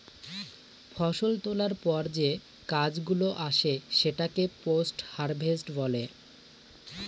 ফষল তোলার পর যে কাজ গুলো আসে সেটাকে পোস্ট হারভেস্ট বলে